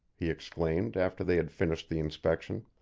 he exclaimed after they had finished the inspection.